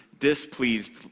displeased